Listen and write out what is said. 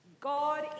God